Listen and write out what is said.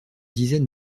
dizaine